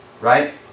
right